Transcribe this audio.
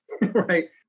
right